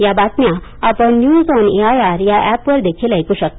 या बातम्या आपण न्यूज ऑन एआयआर या ऍपवर देखील ऐकू शकता